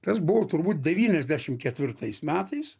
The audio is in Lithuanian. tas buvo turbūt devyniasdešimt ketvirtais metais